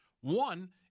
One